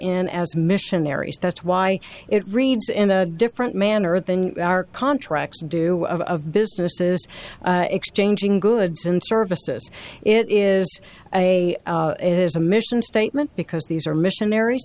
in as missionaries that's why it reads in a different manner than our contracts do of businesses exchanging goods and services it is a it is a mission statement because these are missionaries